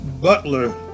butler